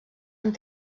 amb